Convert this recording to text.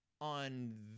on